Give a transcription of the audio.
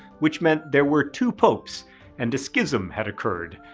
which meant there were two popes and a schism had occurred.